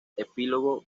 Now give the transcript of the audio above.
epílogo